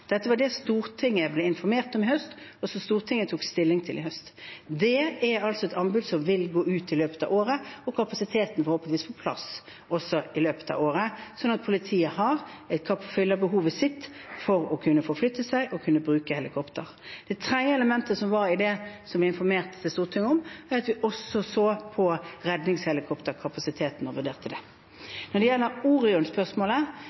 Dette var det Stortinget ble informert om i høst, og som Stortinget tok stilling til i høst. Det er altså et anbud som vil gå ut i løpet av året, og kapasiteten vil forhåpentlig være på plass i løpet av året, slik at politiet fyller behovet sitt for å kunne forflytte seg og kunne bruke helikopter. Det tredje elementet jeg informerte Stortinget om, var at vi også så på redningshelikopterkapasiteten og vurderte